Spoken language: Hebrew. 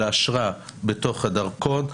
אלא אשרה בתוך הדרכון,